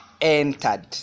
entered